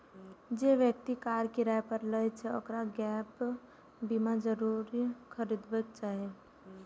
जे व्यक्ति कार किराया पर लै छै, ओकरा गैप बीमा जरूर खरीदबाक चाही